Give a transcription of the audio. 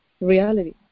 Reality